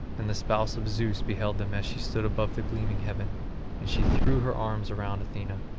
and the spouse of zeus beheld them as she stood above the gleaming heaven and she threw her arms round athena,